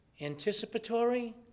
Anticipatory